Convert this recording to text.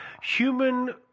Human